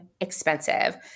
expensive